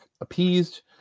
appeased